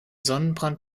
sonnenbrand